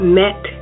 met